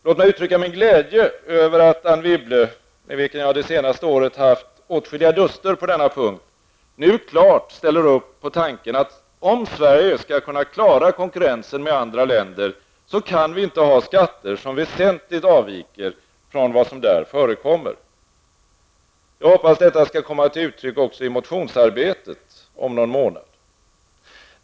Låt mig yttrycka min glädje över att Anne Wibble, med vilken jag det senaste året haft åtskilliga duster på denna punkt, nu klart ställer upp på tanken att om Sverige skall kunna klara konkurrensen med andra länder, kan vi inte ha skatter som väsentligt avviker från vad som där förekommer. Jag hoppas att detta skall komma till uttryck även i motionsarbetet om någon månad.